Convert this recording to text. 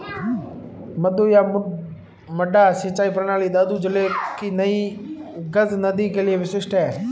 मद्दू या मड्डा सिंचाई प्रणाली दादू जिले की नई गज नदी के लिए विशिष्ट है